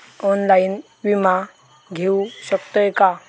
Online विमा घेऊ शकतय का?